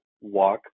walk